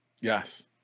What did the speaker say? Yes